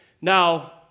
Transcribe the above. Now